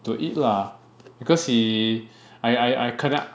to eat lah because he I I kena